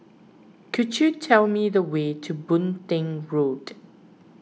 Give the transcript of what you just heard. could you tell me the way to Boon Teck Road